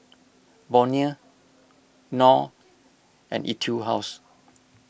Bonia Knorr and Etude House